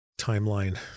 timeline